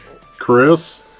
Chris